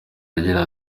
agira